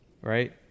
right